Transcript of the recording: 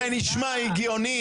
זה נשמע הגיוני?